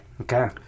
Okay